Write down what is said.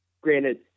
granted